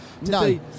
No